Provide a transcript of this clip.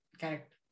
Correct